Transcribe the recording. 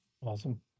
awesome